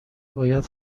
باید